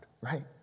right